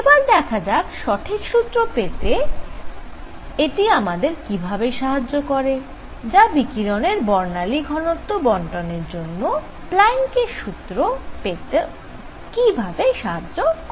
এবার দেখা যাক সঠিক সূত্র পেতে এটি আমাদের কিভাবে সাহায্য করে বা বিকিরণের বর্ণালী ঘনত্ব বণ্টনের জন্য প্ল্যাঙ্কের সূত্র Planks' formula পেতে কি ভাবে সাহায্য করে